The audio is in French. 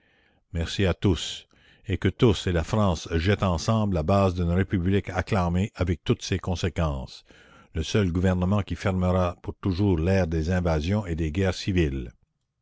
merci à tous et que tous et la france jettent ensemble la base d'une la commune république acclamée avec toutes ses conséquences le seul gouvernement qui fermera pour toujours l'ère des invasions et des guerres civiles